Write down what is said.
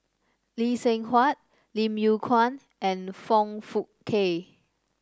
Lee Seng Huat Lim Yew Kuan and Foong Fook Kay